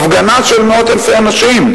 הפגנה של מאות אלפי אנשים,